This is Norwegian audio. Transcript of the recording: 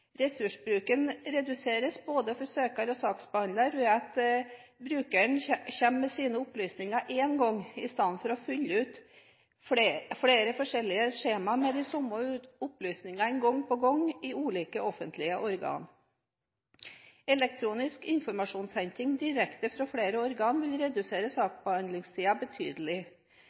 Ressursbruken reduseres for både søker og saksbehandlere, ved at brukeren kommer med sine opplysninger én gang, i stedet for å fylle ut flere forskjellige skjemaer med de samme opplysningene gang på gang i ulike offentlige organer. Elektronisk informasjonsinnhenting direkte fra flere organer vil redusere saksbehandlingstiden betydelig,